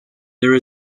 there